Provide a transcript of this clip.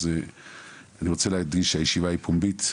אז אני רוצה להדגיש שהישיבה היא פומבית,